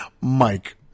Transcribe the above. mike